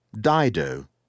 dido